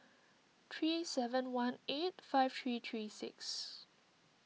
three seven one eight five three three six